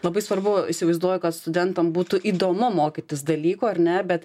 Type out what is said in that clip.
labai svarbu įsivaizduoju kad studentam būtų įdomu mokytis dalyko ar ne bet